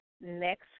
Next